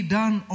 done